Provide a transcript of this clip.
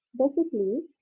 basically,